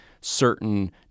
certain